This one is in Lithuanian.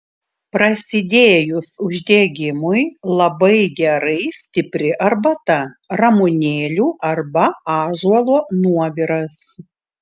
prasidėjus uždegimui labai gerai stipri arbata ramunėlių arba ąžuolo nuoviras